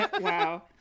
Wow